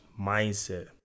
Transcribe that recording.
mindset